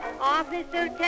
Officer